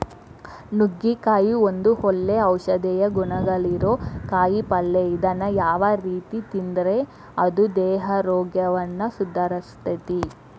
ನುಗ್ಗಿಕಾಯಿ ಒಂದು ಒಳ್ಳೆ ಔಷಧೇಯ ಗುಣಗಳಿರೋ ಕಾಯಿಪಲ್ಲೆ ಇದನ್ನ ಯಾವ ರೇತಿ ತಿಂದ್ರು ಅದು ದೇಹಾರೋಗ್ಯವನ್ನ ಸುಧಾರಸ್ತೆತಿ